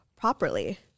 properly